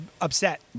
upset